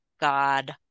God